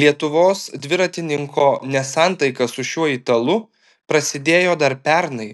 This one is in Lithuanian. lietuvos dviratininko nesantaika su šiuo italu pasidėjo dar pernai